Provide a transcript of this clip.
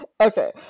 okay